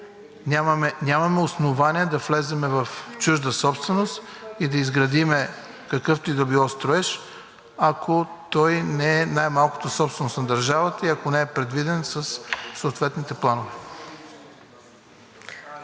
Нямаме основания да влезем в чужда собственост и да изградим какъвто и да било строеж, ако той не е най-малкото собственост на държавата и ако не е предвиден със съответните планове.